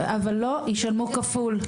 אבל לא ישלמו כפול.